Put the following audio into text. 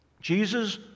Jesus